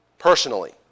Personally